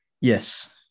Yes